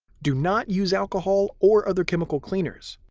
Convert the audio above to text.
do not use alcohol or other chemical cleaners.